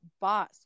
boss